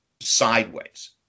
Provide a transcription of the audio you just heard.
sideways